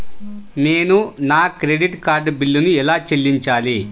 నేను నా credit card బిల్లును ఎలా చెల్లించాలీ?